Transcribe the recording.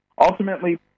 ultimately